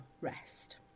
rest